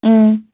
ம்